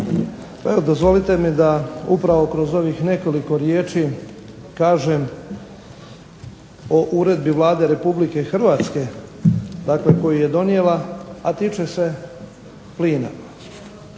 evo dozvolite mi da upravo kroz ovih nekoliko riječi kažem o uredbi Vlade Republike Hrvatske, dakle koji je donijela, a tiče se plina.